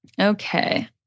Okay